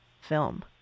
film